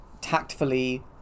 tactfully